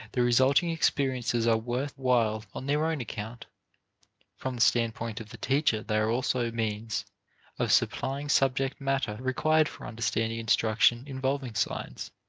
the resulting experiences are worth while on their own account from the standpoint of the teacher they are also means of supplying subject matter required for understanding instruction involving signs,